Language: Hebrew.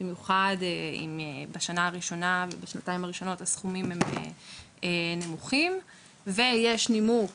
במיוחד אם בשנה הראשונה ובשנתיים הראשונות הסכומים הם נמוכים ויש נימוק